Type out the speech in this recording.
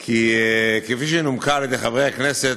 כי כפי שהיא נומקה על-ידי חברי הכנסת,